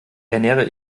ernähre